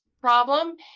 problem